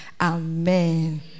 Amen